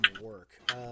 work